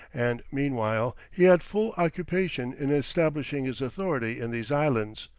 and meanwhile, he had full occupation in establishing his authority in these islands,